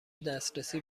دسترسی